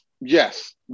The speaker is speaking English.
Yes